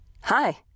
Hi